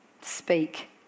speak